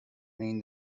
mean